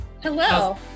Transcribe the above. hello